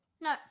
No